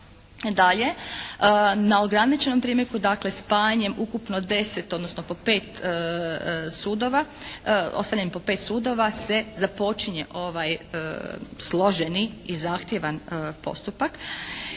dalje na ograničenom primjerku dakle spajanjem ukupno deset, odnosno po pet sudova, ostavljanjem po pet sudova se započinje ovaj složeni i zahtjevan postupak.